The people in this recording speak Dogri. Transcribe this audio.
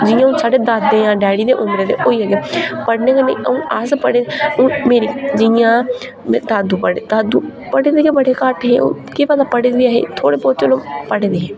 जियां हून साहढ़े दादे जां डेढी दे उम्री दे होई जाह्गे पढ़ने कन्नै हून अस पढ़े हून मेरी जि'यां दादू पढ़े दादू पढ़े दे के बड़े घट्ट हे केह् पता पढ़े दे बी ऐ हे थोह्ड़े बोहते पढ़े दे हे